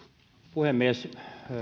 puhemies